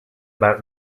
about